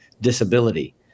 disability